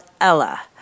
Ella